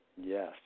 Yes